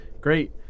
great